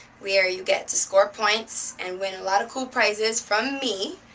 where you get to score points, and win a lot of cool prizes, from me.